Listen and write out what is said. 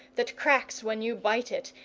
that cracks when you bite it,